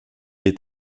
est